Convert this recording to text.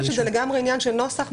אני חושבת שזה לגמרי עניין של נוסח.